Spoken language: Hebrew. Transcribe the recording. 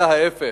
אלא ההיפך.